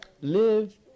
live